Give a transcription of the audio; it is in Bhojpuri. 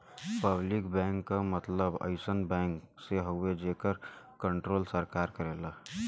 पब्लिक बैंक क मतलब अइसन बैंक से हउवे जेकर कण्ट्रोल सरकार करेला